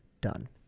done